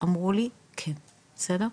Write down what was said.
הם אמרו לי כן, בסדר?